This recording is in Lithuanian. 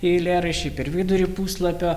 eilėraščiai per vidurį puslapio